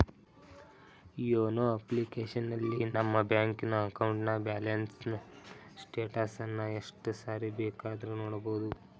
YONO ಅಪ್ಲಿಕೇಶನಲ್ಲಿ ನಮ್ಮ ಬ್ಯಾಂಕಿನ ಅಕೌಂಟ್ನ ಬ್ಯಾಲೆನ್ಸ್ ಸ್ಟೇಟಸನ್ನ ಎಷ್ಟು ಸಾರಿ ಬೇಕಾದ್ರೂ ನೋಡಬೋದು